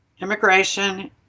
immigration